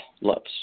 Loves